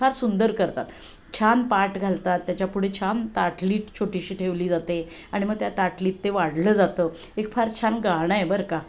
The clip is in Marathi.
फार सुंदर करतात छान पाट घालतात त्याच्यापुढे छान ताटली छोटीशी ठेवली जाते आणि मग त्या ताटलीत ते वाढलं जातं एक फार छान गाणं आहे बरं का